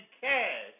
cash